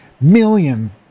million